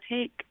take